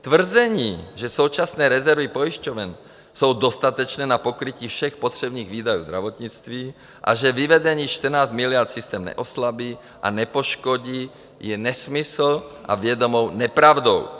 Tvrzení, že současné rezervy pojišťoven jsou dostatečné na pokrytí všech potřebných výdajů zdravotnictví a že vyvedení 14 miliard systém neoslabí a nepoškodí, je nesmysl a vědomá nepravda.